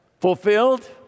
fulfilled